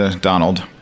Donald